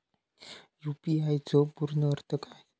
UPI चो पूर्ण अर्थ काय?